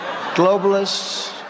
globalists